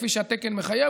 כפי שהתקן מחייב,